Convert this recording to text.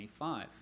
25